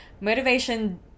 motivation